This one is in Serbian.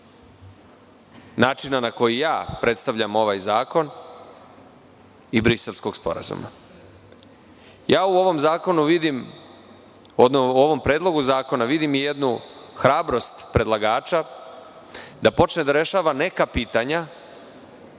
načina na koji ja predstavljam ovaj zakon i Briselskog sporazuma. U ovom predlogu zakona vidim i jednu hrabrost predlagača da počne da rešava neka pitanja